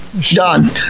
Done